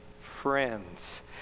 friends